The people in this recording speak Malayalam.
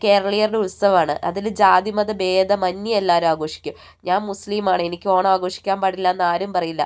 കേരളീയരുടെ ഉത്സവമാണ് അതിൽ ജാതി മത ഭേദമന്യേ എല്ലാവരും ആഘോഷിക്കും ഞാൻ മുസ്ലിം ആണ് എനിക്ക് ഓണം ആഘോഷിക്കാൻ പാടില്ല എന്ന് ആരും പറയില്ല